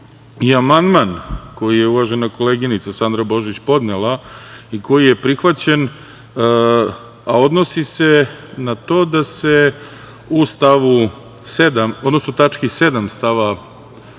amandman koji je uvažena koleginica, Sandra Božić, podnela i koji je prihvaćen, a odnosi se na to da se u stavu 7, odnosno tački 7. stava